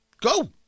Go